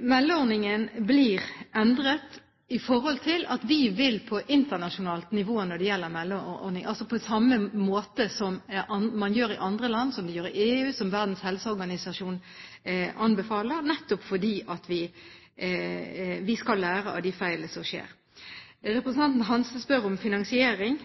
Meldeordningen blir endret med tanke på at vi vil være på internasjonalt nivå når det gjelder meldeordning, at vi altså vil gjøre det på samme måte som man gjør det i andre land, som man gjør det i EU, som Verdens helseorganisasjon anbefaler, nettopp fordi vi skal lære av de feilene som skjer. Representanten Hansen spør om finansiering.